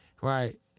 right